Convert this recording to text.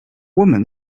woman